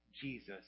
Jesus